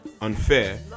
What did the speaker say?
unfair